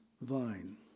vine